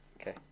Okay